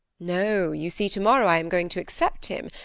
no you see, to-morrow i am going to accept him.